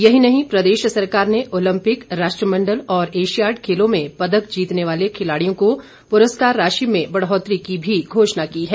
यही नहीं प्रदेश सरकार ने ओलंपिक राष्ट्रमंडल और एशियार्ड खेलों में पदक जीतने वाले खिलाड़ियों की पुरस्कार राशि में बढ़ोतरी की भी घोषणा की है